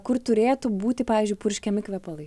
kur turėtų būti pavyzdžiui purškiami kvepalai